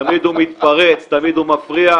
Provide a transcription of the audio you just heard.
תמיד הוא מתפרץ, תמיד הוא מפריע.